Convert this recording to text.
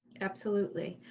absolutely.